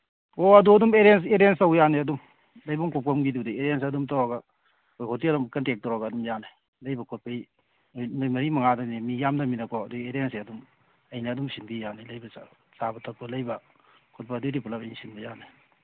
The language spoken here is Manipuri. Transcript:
ꯑꯣ ꯑꯗꯨ ꯑꯗꯨꯝ ꯑꯦꯔꯦꯟꯖ ꯇꯧ ꯌꯥꯅꯤ ꯑꯗꯨꯝ ꯂꯩꯕꯝ ꯈꯣꯠꯕꯝꯒꯤꯗꯨꯗꯤ ꯑꯦꯔꯦꯟꯖ ꯑꯗꯨꯝ ꯇꯧꯔꯒ ꯑꯥ ꯍꯣꯇꯦꯜ ꯑꯃ ꯀꯟꯇꯦꯛ ꯇꯧꯔꯒ ꯑꯗꯨꯝ ꯌꯥꯅꯤ ꯂꯩꯕꯒꯤ ꯈꯣꯠꯄꯒꯤ ꯅꯨꯃꯤꯠ ꯃꯔꯤ ꯃꯉꯥꯗꯅꯤ ꯃꯤ ꯌꯥꯝꯗꯝꯅꯤꯅꯀꯣ ꯑꯗꯨꯏ ꯑꯦꯔꯦꯟꯖꯁꯦ ꯑꯩꯅ ꯑꯗꯨꯝ ꯁꯤꯟꯕꯤ ꯌꯥꯅꯤ ꯂꯩꯕꯁꯨ ꯆꯥꯕ ꯊꯛꯄ ꯂꯩꯕ ꯈꯣꯠꯄ ꯑꯗꯨꯗꯤ ꯄꯨꯂꯞ ꯑꯩ ꯁꯤꯟꯕ ꯌꯥꯅꯤ